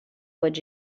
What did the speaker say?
would